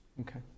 Okay